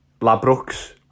Labrooks